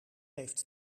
heeft